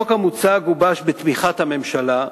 החוק המוצע גובש בתמיכת הממשלה,